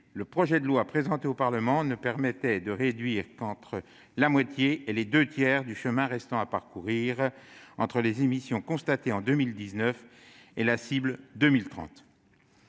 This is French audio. le projet de loi présenté au Parlement ne permettait de parcourir qu'entre la moitié et les deux tiers du chemin restant à parcourir entre les émissions constatées en 2019 et la cible pour